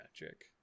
magic